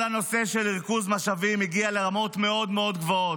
כל הנושא של ריכוז משאבים הגיע לרמות מאוד מאוד גבוהות,